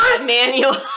manual